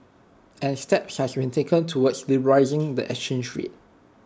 and steps has been taken towards liberalising the exchange rate